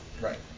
Right